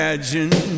Imagine